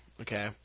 Okay